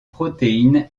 protéine